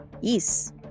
Yes